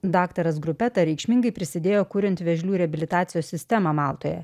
daktaras grupeta reikšmingai prisidėjo kuriant vėžlių reabilitacijos sistemą maltoje